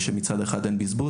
כך שמצד אחד לא יהיה בזבוז,